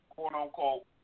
quote-unquote